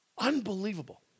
Unbelievable